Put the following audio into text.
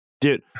Dude